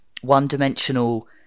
one-dimensional